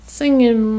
singing